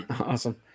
Awesome